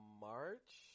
March